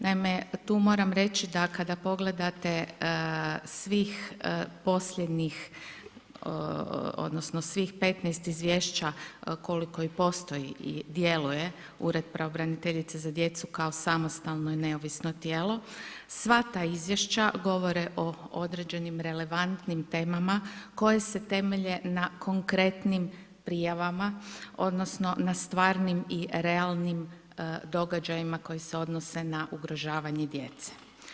Naime, tu moram reći, da kada pogledate, svih posljednjih odnosno, svih 15 izvješća, koliko i postoji i djeluje Ured pravobraniteljice za djecu, kao samostalno neovisno tijelo, sva ta izvješća, govore o određenim relevantnim temama, koje se temelje na konkretnim prijavama odnosno, na stvarima i realnim događajima koji se odnose na ugrožavanjem djece.